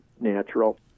natural